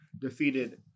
defeated